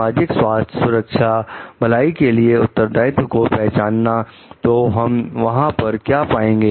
सामाजिक स्वास्थ्य सुरक्षा भलाई के लिए उत्तरदायित्व को पहचानना तो हम वहां पर क्या पाएंगे